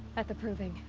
at the proving.